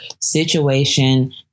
situation